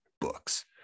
books